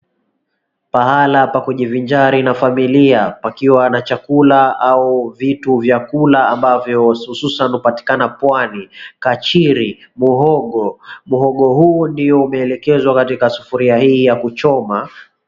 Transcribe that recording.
Pahala pa kujivinjari pa familia pakiwa na chakula au vitu vyakula ambavyo hupatikana hususan pwani, kachiri muhogo. Muhogo huu ndio umeelekezwa katika sufuria hii ya kuchoma.